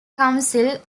council